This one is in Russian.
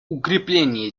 укрепление